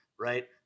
right